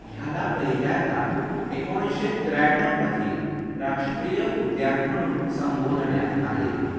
ह्याला पहिल्यांदा एकोणीसशे त्र्याण्णवमध्ये राष्ट्रीय उद्यान म्हणून संबोधण्यात आले